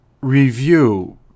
Review